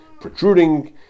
protruding